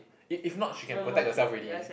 it if not she can protect herself already